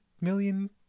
million